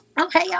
okay